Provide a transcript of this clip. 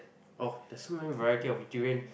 oh there's so many variety of durian